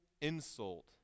insult